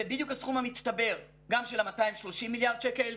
זה בדיוק הסכום המצטבר גם של ה-230 מיליארד שקל.